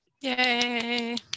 Yay